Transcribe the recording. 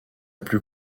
plus